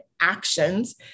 actions